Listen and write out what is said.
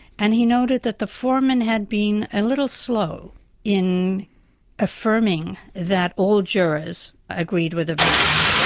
and he noted that the foreman had been a little slow in affirming that all jurors agreed with the verdict.